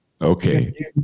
Okay